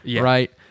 right